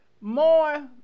more